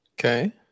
Okay